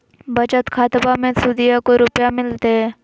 बचत खाताबा मे सुदीया को रूपया मिलते?